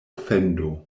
ofendo